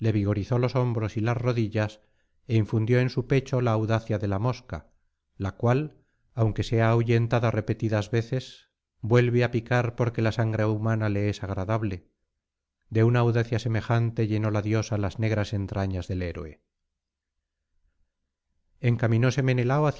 vigorizó los hombros y las rodillas é infundió en su pecho la audacia de la mosca la cual aunque sea ahuyentada repetidas veces vuelve á picar porque la sangre humana le es agradable de una audacia semejante llenó la diosa las negras entrañas del héroe encaminóse menelao